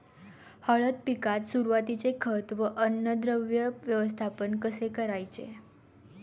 हळद पिकात सुरुवातीचे खत व अन्नद्रव्य व्यवस्थापन कसे करायचे?